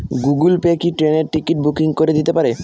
Google Pay কি ট্রেনের ticket booking করে দিতে পারে?